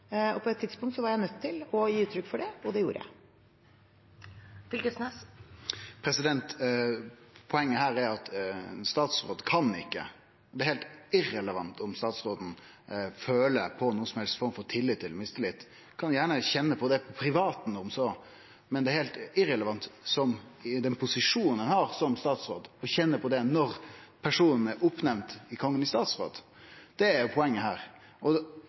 På et tidspunkt var jeg nødt til å gi uttrykk for det, og det gjorde jeg. Poenget her er at det er heilt irrelevant om statsråden føler på noka som helst form for tillit eller mistillit. Ein kan gjerne kjenne på det privat, men det er heilt irrelevant i den posisjonen ein har som statsråd, å kjenne på det når personen er nemnd opp av Kongen i statsråd. Det er poenget her. Eg synest innlegget til statsråden skapar ei usikkerheit om finansministeren vil opptre korrekt i høve til lova. Det